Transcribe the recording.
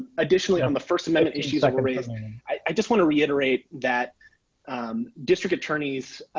additionally, on the first amendment issues like i just want to reiterate that district attorneys.